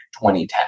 2010